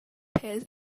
pairs